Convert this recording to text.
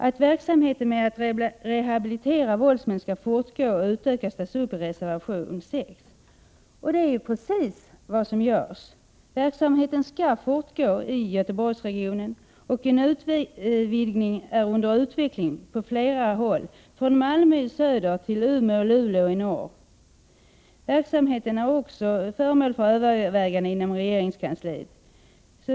Att verksamheten med att rehabilitera våldsmän skall fortgå och utökas tas upp i reservation 6. Det är precis det som sker. Verksamheten skall fortgå i Göteborgsregionen, och en utvidgning är under utveckling på flera håll från Malmö i söder till Umeå och Luleå i norr. Verksamheten är också föremål för överväganden inom regeringskansliet.